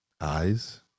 eyes